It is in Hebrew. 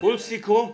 ולסיכום?